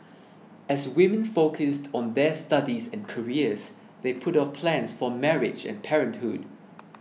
as women focused on their studies and careers they put off plans for marriage and parenthood